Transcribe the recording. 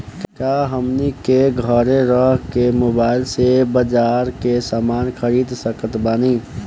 का हमनी के घेरे रह के मोब्बाइल से बाजार के समान खरीद सकत बनी?